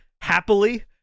happily